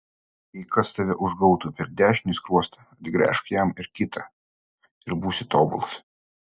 jei kas tave užgautų per dešinį skruostą atgręžk jam ir kitą ir būsi tobulas